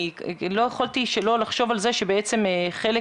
אני לא יכולה שלא לחשוב על זה שבעצם חלק